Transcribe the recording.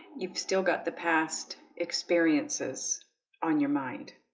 you've still got the past experiences on your mind